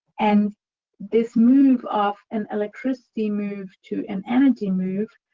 and this move of an electricity moved to an energy move,